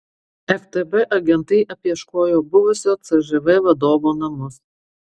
ftb agentai apieškojo buvusio cžv vadovo namus